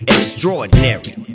Extraordinary